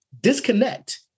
disconnect